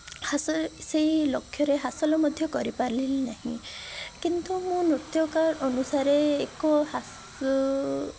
ଖାସ୍ ସେଇ ଲକ୍ଷ୍ୟରେ ହାସଲ ମଧ୍ୟ କରିପାରିଲି ନାହିଁ କିନ୍ତୁ ମୁଁ ନୃତ୍ୟକାର ଅନୁସାରେ ଏକ ହାସ